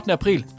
april